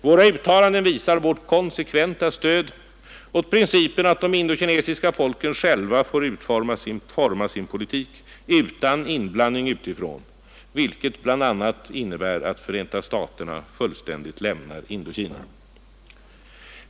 Våra uttalanden visar vårt konsekventa stöd åt principen att de indokinesiska folken själva får forma sin politik utan inblandning utifrån, vilket bl.a. innebär att Förenta staterna fullständigt lämnar Indokina.